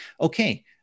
Okay